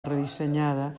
redissenyada